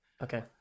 Okay